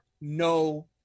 no